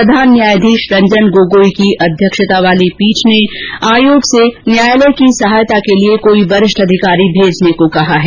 प्रधान न्यायाधीश रंजन गोगोई की अध्यक्षता वाली पीठ ने आयोग से न्यायालय की सहायता के लिए कोई वरिष्ठ अधिकारी भेजने को कहा है